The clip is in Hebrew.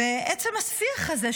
עצם השיח הזה,